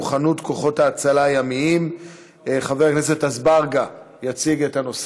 מוכות שנסגרו אתמול בשל מצוקה תקציבית,